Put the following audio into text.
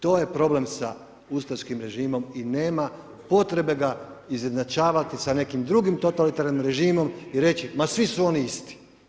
To je problem sa ustaškim režimom i nema potrebe ga izjednačavati sa nekim drugim totalitarnim režimom i reći ma svi su oni isti.